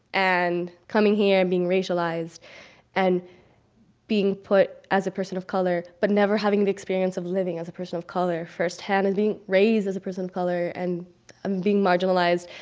and coming here and being racialized and being put as a person of color but never having the experience of living as a person of color firsthand and being raised as a person of color and and being marginalized.